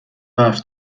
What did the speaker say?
برف